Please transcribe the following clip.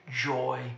joy